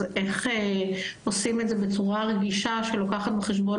אז איך עושים את זה בצורה רגישה שלוקחת בחשבון